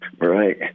Right